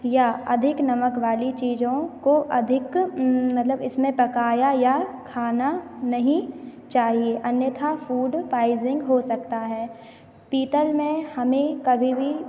या अधिक नमक वाली चीज़ों को अधिक मतलब इसमें पकाया या खाना नहीं चाहिए अन्यथा फूड पाइज़िंग हो सकता है पीतल में हमें कभी भी